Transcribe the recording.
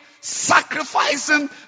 sacrificing